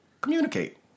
communicate